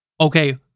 Okay